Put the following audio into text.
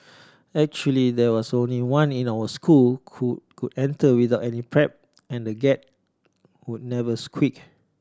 actually there was only one in our school who could enter without any prep and the Gate would never squeak